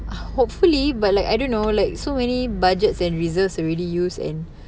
hopefully but like I don't know like so many budgets and reserves already use and